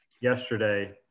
yesterday